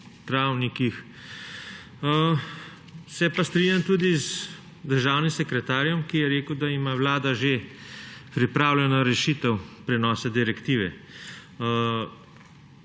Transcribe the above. travnikih. Se pa strinjam tudi z državnim sekretarjem, ki je rekel, da ima Vlada že pripravljeno rešitev prenosa direktive.